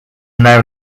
now